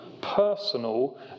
personal